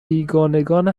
بیگانگان